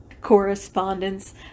correspondence